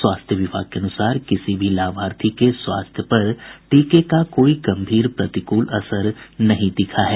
स्वास्थ्य विभाग के अनुसार किसी भी लाभार्थी के स्वास्थ्य पर टीके का कोई गंभीर प्रतिकूल असर नहीं दिखा है